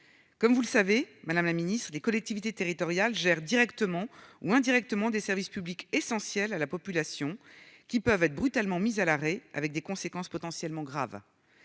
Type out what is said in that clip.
Comme vous le savez, celles-ci gèrent directement ou indirectement des services publics essentiels à la population, qui peuvent être brutalement mis à l'arrêt, avec des conséquences potentiellement graves.